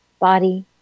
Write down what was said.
body